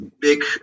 big